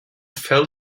fell